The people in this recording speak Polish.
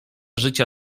życia